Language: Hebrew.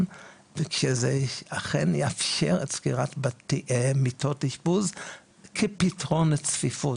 וכשזה אכן יאפשר סגירת מיטות אשפוז כפתרון לצפיפות.